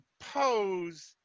pose